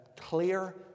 clear